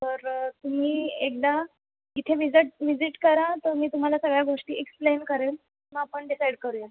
बरं तुम्ही एकदा इथे व्हिजेट व्हिजिट करा तर मी तुम्हाला सगळ्या गोष्टी एक्सप्लेन करेल मग आपण डिसाईड करू या